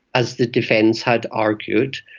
as the defence had argued,